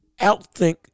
outthink